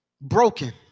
broken